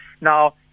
Now